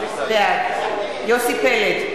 בעד יוסי פלד,